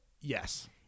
yes